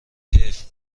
حیف